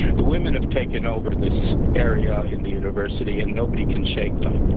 the women have taken over this area in the university and nobody can fake them.